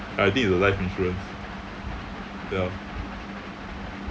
I think it's a life insurance ya